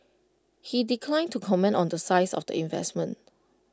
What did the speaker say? he declined to comment on the size of the investment